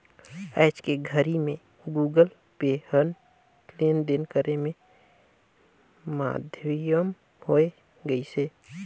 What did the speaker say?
आयज के घरी मे गुगल पे ह लेन देन करे के माधियम होय गइसे